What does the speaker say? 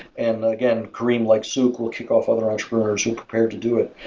and again, careem, like souq, will kickoff other entrepreneurs who prepare to do it.